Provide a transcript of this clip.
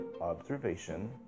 observation